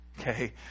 okay